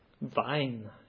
vine